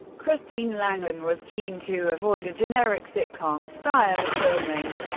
christine langan was keen to avoid a generic sitcom style of filming,